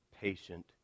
patient